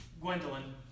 Gwendolyn